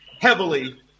heavily